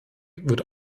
wird